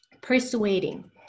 Persuading